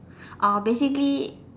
I'll basically